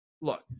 Look